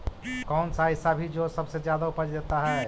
कौन सा ऐसा भी जो सबसे ज्यादा उपज देता है?